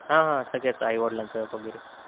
हां हां सगळ्याचं आई वडिलांचं वगैरे